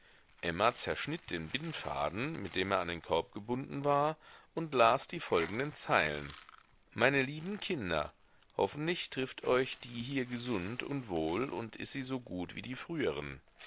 emma zerschnitt den bindfaden mit dem er an den korb gebunden war und las die folgenden zeilen meine liben kinder hofentlig trift euch di hir gesund und wol und is si so gut wi di früeren